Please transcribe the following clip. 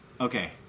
Okay